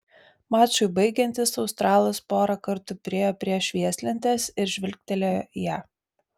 mačui baigiantis australas porą kartų priėjo prie švieslentės ir žvilgtelėjo į ją